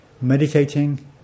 meditating